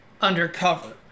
undercover